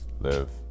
live